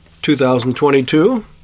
2022